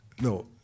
no